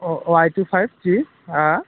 eighty five जि हो